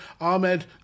Ahmed